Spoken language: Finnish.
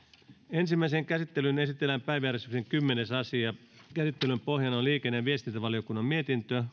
ensimmäiseen käsittelyyn esitellään päiväjärjestyksen kymmenes asia käsittelyn pohjana on liikenne ja viestintävaliokunnan mietintö